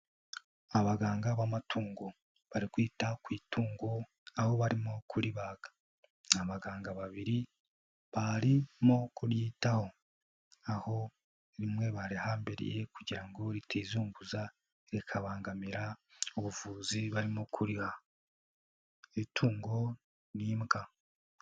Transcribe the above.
Abaganga b'amatungo bari kwita ku itungo, aho barimo kuribaga. Ni abaganga babiri, barimo kuryitaho, aho rimwe barihambiriye kugira ngo ritizunguza rikabangamira ubuvuzi barimo kuriha. Iritungo ni imbwa.